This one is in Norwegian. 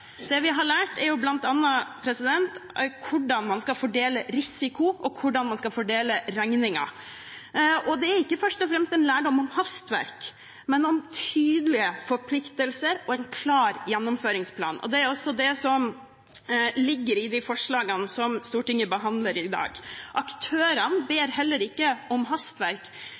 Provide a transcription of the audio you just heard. Det vi har lært, er bl.a. hvordan man skal fordele risiko, og hvordan man skal fordele regningen. Det er ikke først og fremst en lærdom om hastverk, men om tydelige forpliktelser og en klar gjennomføringsplan. Det er også det som ligger i de forslagene som Stortinget behandler i dag. Aktørene ber ikke om hastverk, de ber for så vidt heller ikke om